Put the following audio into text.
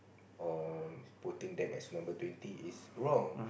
or putting them as number twenty is wrong